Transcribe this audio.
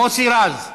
מוסי רז,